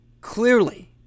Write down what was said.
Clearly